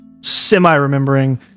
semi-remembering